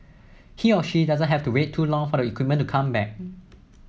he or she doesn't have to wait too long for the equipment to come back